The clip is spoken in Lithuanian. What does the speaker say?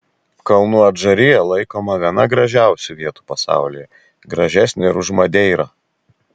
kalnų adžarija laikoma viena gražiausių vietų pasaulyje gražesnė ir už madeirą